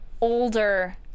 older